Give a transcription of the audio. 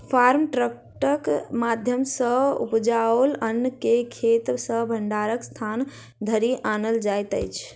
farm ट्रकक माध्यम सॅ उपजाओल अन्न के खेत सॅ भंडारणक स्थान धरि आनल जाइत अछि